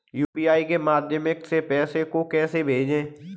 UPI के माध्यम से पैसे को कैसे भेजें?